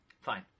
Fine